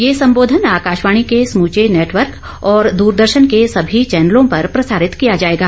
यह संबोधन आकाशवाणी के समूचे नेटवर्क और दूरदर्शन के सभी चैनलों पर प्रसारित किया जायेगा